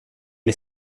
bli